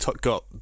got